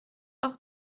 hors